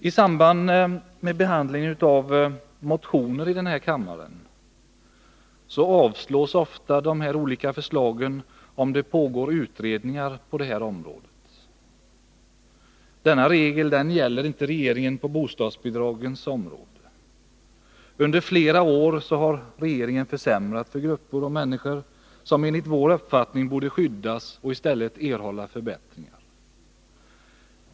I samband med behandlingen av motioner i riksdagen avslås ofta olika förslag om det pågår utredningar på området. Denna regel gäller inte för regeringen på bostadsbidragens område. Under flera år har regeringen försämrat för grupper av människor som enligt vår uppfattning borde skyddas och erhålla förbättringar.